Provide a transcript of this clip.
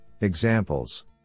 examples